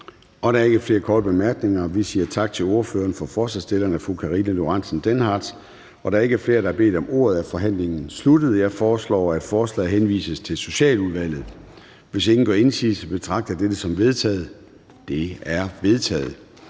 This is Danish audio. Der er ikke flere korte bemærkninger, og vi siger tak til ordføreren for forslagsstillerne, fru Karina Lorentzen Dehnhardt. Da der ikke er flere, der har bedt om ordet, er forhandlingen sluttet. Jeg foreslår, at forslaget henvises til Socialudvalget. Hvis ingen gør indsigelse, betragter jeg dette som vedtaget. Det er vedtaget.